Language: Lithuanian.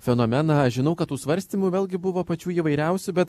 fenomeną aš žinau kad tų svarstymų vėlgi buvo pačių įvairiausių bet